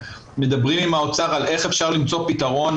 מדברים עם האוצר על איך אפשר למצוא פתרון.